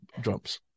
drums